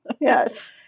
Yes